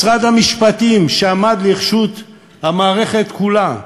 משרד המשפטים, שעמד לרשות המערכת כולה,